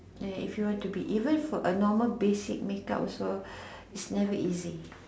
and if you want to be even for a normal basic makeup also it's never easy